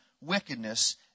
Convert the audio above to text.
wickedness